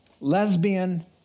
lesbian